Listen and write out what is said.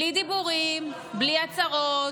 בלי דיבורים, בלי הצהרות,